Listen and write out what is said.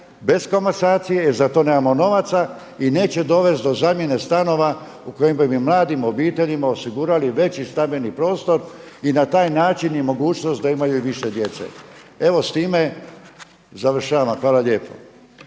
bez komasacije. Za to nemamo novaca i neće dovesti do zamjene stanova u kojima bi mladim obiteljima osigurali veći stambeni prostor i na taj način i mogućnost da imaju i više djece. Evo s time završavam. Hvala lijepo.